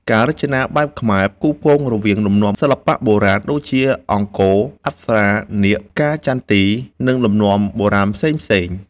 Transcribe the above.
ការរចនាបែបខ្មែរ ផ្គូផ្គងរវាងលំនាំសិល្បៈបុរាណ ដូចជា អង្គរ អប្សរា នាគ ផ្កាចន្ទី និងលំនាំបុរាណផ្សេងៗ